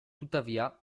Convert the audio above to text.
tuttavia